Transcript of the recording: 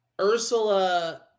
Ursula